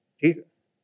Jesus